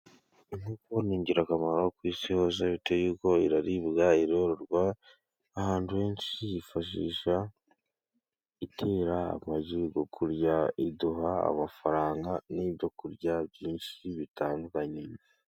Inkoko ni ingirakamaro ku isi hose, bitewe n'uko iraribwa, irororwa, ahantu henshi yifashishwa itera amagi yo kurya. Iduha amafaranga n'ibyokurya byinshi bitandukanye.